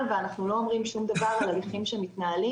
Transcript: ואנחנו לא אומרים שום דבר על הליכים שמתנהלים,